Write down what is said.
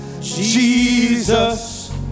Jesus